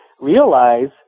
realize